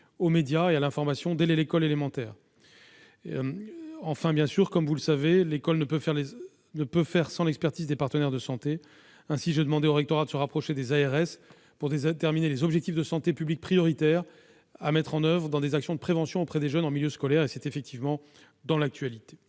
aux médias et à l'information dès l'école élémentaire. Enfin, l'école ne peut faire tout cela sans l'expertise des partenaires de santé. Ainsi, j'ai demandé au rectorat de se rapprocher des ARS pour déterminer les objectifs de santé publique prioritaires à mettre en oeuvre dans des actions de prévention auprès des jeunes en milieu scolaire. Votre question est donc effectivement d'actualité.